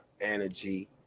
energy